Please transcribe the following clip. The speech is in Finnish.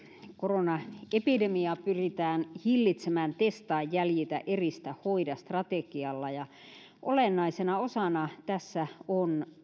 koronaepidemiaa pyritään hillitsemään testaa jäljitä eristä ja hoida strategialla olennaisena osana tässä on